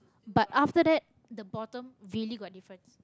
but after that the bottom really got difference